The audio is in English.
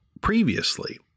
previously